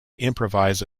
improvise